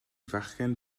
fachgen